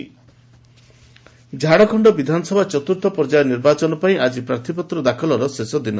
Jharkhand nomination Jharkhand ବିଧାନସଭା ଚତୁର୍ଥ ପର୍ଯ୍ୟାୟ ନିର୍ବାଚନ ପାଇଁ ଆଜି ପ୍ରାର୍ଥୀପତ୍ର ଦାଖଲର ଶେଷ ଦିନ